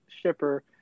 shipper